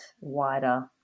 wider